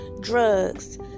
Drugs